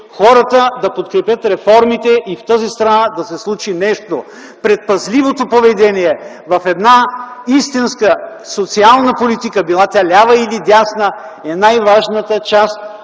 хората да подкрепят реформите и в тази страна да се случи нещо. Предпазливото поведение в една истинска социална политика, била тя лява или дясна, е най-важната част